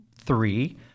Three